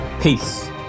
peace